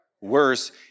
Worse